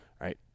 right